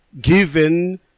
given